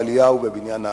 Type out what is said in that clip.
בעלייה ובבניין הארץ.